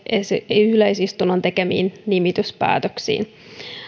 yleisistunnon tekemiin nimityspäätöksiin